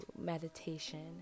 meditation